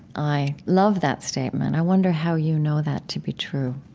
i love that statement. i wonder how you know that to be true